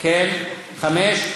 75?